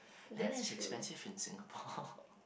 man that's expensive in Singapore